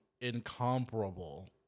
incomparable